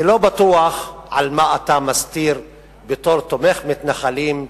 אני לא בטוח מה אתה מסתיר בתור תומך מתנחלים,